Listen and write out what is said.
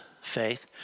faith